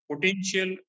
potential